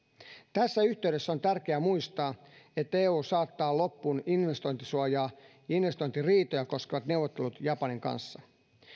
tässä yhteydessä on tärkeää muistaa että eu saattaa loppuun investointisuojaa ja investointiriitoja koskevat neuvottelut japanin kanssa